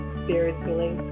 spiritually